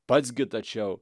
pats gi tačiau